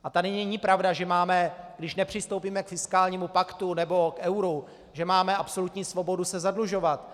A tady není pravda, že máme, když nepřistoupíme k fiskálnímu paktu nebo k euru, absolutní svobodu se zadlužovat.